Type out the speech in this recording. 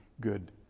good